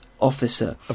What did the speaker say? officer